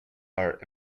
are